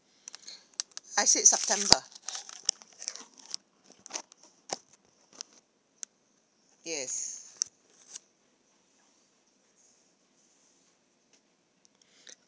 I said september yes